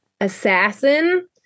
assassin